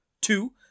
two